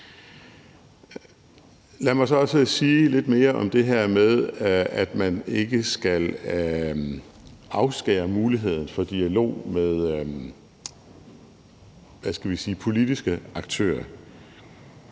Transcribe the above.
Lad mig så også sige lidt mere om det her med, at man ikke skal afskæres muligheden for en dialog med politiske aktører.